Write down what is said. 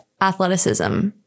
athleticism